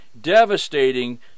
devastating